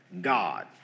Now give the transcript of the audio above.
God